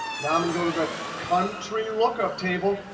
now i'm going to go to the country lookup table,